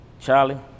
Charlie